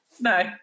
No